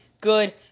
good